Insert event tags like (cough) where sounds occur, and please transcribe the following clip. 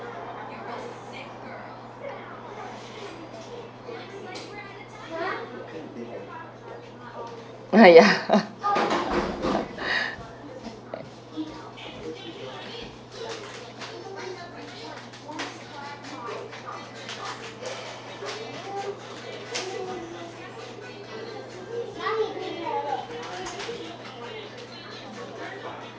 ah ya (laughs)